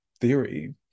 theory